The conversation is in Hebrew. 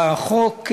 והחוק,